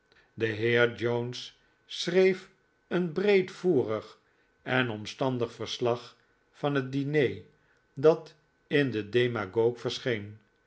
de heer jones schreef een breedvoerig en omstandig verslag van het diner dat in de demagogue verscheen